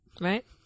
right